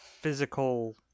physical